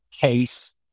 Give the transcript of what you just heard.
case